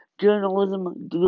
journalism